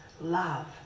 love